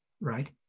right